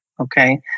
Okay